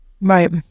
right